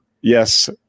yes